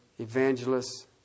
evangelists